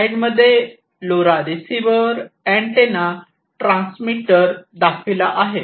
slide मध्ये LoRa receiver antenna transmitter दाखविला आहे